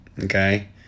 okay